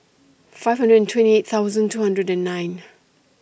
five hundred and twenty eight thousand two hundred and nine